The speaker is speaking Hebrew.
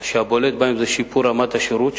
והבולט בהם הוא שיפור רמת השירות.